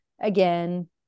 again